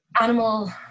animal